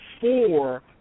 four